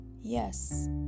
yes